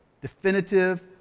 definitive